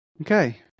Okay